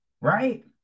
right